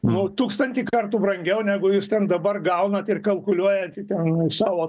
nu tūkstantį kartų brangiau negu jūs ten dabar gaunat ir kalkuliuojat į ten savo